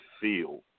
feel